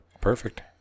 Perfect